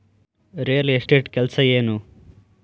real estate ಕೆಲಸ ಏನು